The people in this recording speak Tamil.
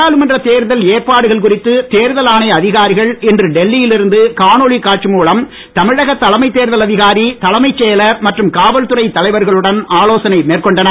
நாடாளுமன்றத் தேர்தல் ஏற்பாடுகள் குறித்து தேர்தல் ஆணைய அதிகாரிகள் இன்று டெல்லி யில் இருந்து காணொலி காட்சி மூலம் தமிழக தலைமைத் தேர்தல் அதிகாரி தலைமைச் செயலர் மற்றும் காவல்துறைத் தலைவர்களுடன் ஆலோசனை மேற்கொண்டனர்